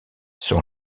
son